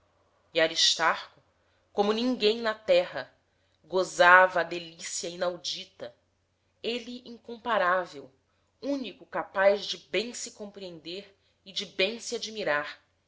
e aristarco como ninguém na terra gozava a delícia inaudita ele incomparável único capaz de bem se compreender e de bem se admirar